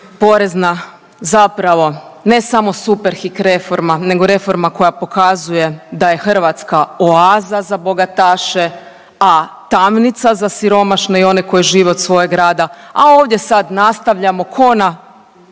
porezna zapravo ne samo Superhik reforma nego reforma koja pokazuje da je Hrvatska oaza za bogataše, a tamnica za siromašne i one koji žive od svojeg rada, a ovdje sada nastavljamo ko na